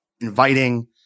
inviting